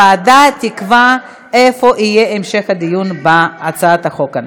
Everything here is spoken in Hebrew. והוועדה תקבע איפה יהיה המשך הדיון בהצעת החוק.